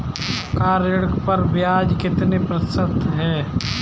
Car ऋण पर ब्याज कितने प्रतिशत है?